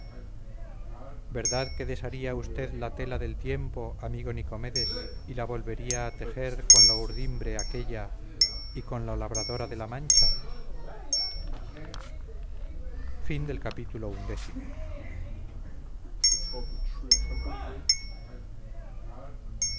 verdad que desharía usted la tela del tiempo amigo nicomedes y la volvería a tejer con la urdimbre aquella y con la labradora de la mancha